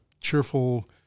cheerful